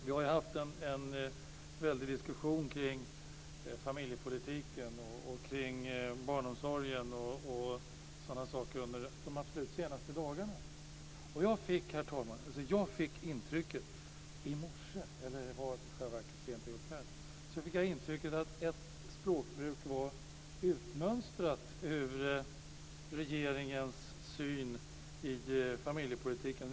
Vi har ju haft en väldig diskussion kring familjepolitiken, barnomsorgen och sådana saker under de absolut senaste dagarna. Jag fick intrycket i morse, herr talman, eller det var i själva verket sent i går kväll, att ett språkbruk var utmönstrat ur regeringens syn på familjepolitiken.